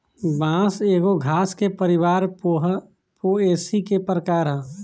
बांस एगो घास के परिवार पोएसी के प्रकार ह